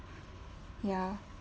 ya